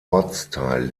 ortsteil